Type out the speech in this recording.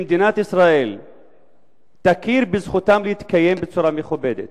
שמדינת ישראל תכיר בזכותם להתקיים בצורה מכובדת.